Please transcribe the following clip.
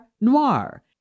noir